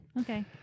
Okay